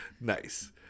Nice